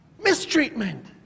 mistreatment